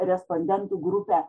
respondentų grupė